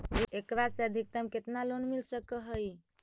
एकरा से अधिकतम केतना लोन मिल सक हइ?